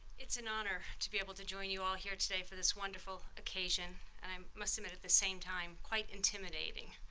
it's an honor to be able to join you all here today for this wonderful occasion, and i must admit, at the same time, quite intimidating.